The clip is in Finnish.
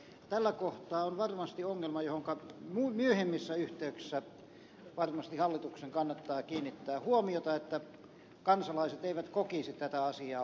tällä kohtaa on varmasti ongelma johonka myöhemmissä yhteyksissä varmasti hallituksen kannattaa kiinnittää huomiota että kansalaiset eivät kokisi tätä asiaa ongelmana